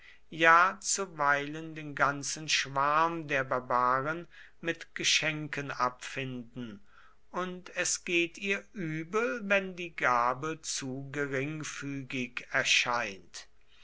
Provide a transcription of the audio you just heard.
ja zuweilen den ganzen schwarm der barbaren mit geschenken abfinden und es geht ihr übel wenn die gabe zu geringfügig erscheint